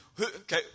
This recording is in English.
Okay